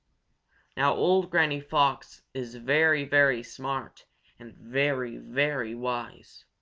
now old granny fox is very, very smart and very, very wise.